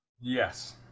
Yes